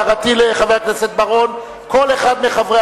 הערתי לחבר הכנסת בר-און: כל אחד מחברי